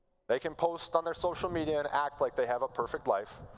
they can post on their social media and act like they have a perfect life.